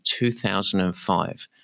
2005